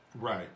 Right